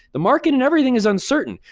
the market and everything is uncertain.